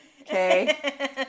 okay